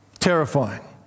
terrifying